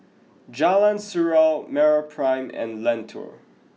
Jalan Surau MeraPrime and Lentor